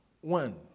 One